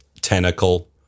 tentacle